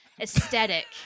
aesthetic